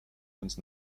uns